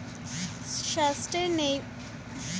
sustainable farming অনেক সময়ে অর্থনীতির ওপর নির্ভর করে থাকে